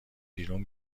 بیرون